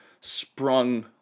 sprung